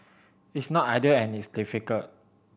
it's not ideal and it's difficult